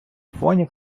фоні